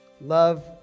Love